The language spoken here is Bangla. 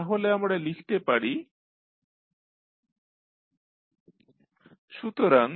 তাহলে আমরা লিখতে পারি X1sLt0tx2dτx1sL0tx2dτ 0t0x2dτx1s সুতরাং